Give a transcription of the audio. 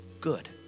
Good